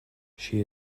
she